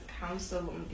council